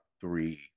three